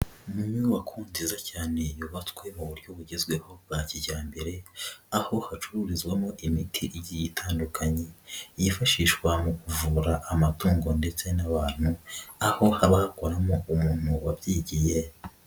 Mu nyubako nziza cyane yubatswe mu buryo bugezweho bwa kijyambere, aho hacururizwamo imiti igiye itandukanye, yifashishwa mu kuvura amatungo ndetse n'abantu, aho haba hakoramo umuntu wabyigiye.